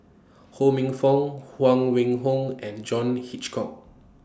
Ho Minfong Huang Wenhong and John Hitchcock